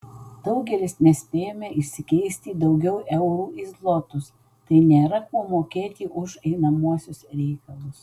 daugelis nespėjome išsikeisti daugiau eurų į zlotus tai nėra kuo mokėti už einamuosius reikalus